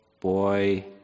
boy